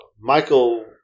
Michael